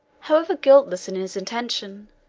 however guiltless in his intention,